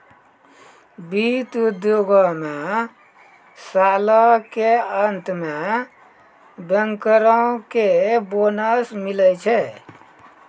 वित्त उद्योगो मे सालो के अंत मे बैंकरो के बोनस मिलै छै